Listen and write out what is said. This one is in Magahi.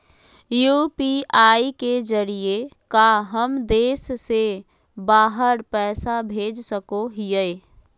यू.पी.आई के जरिए का हम देश से बाहर पैसा भेज सको हियय?